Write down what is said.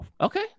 okay